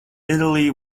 italy